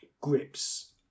grips